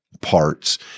parts